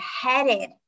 headed